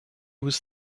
was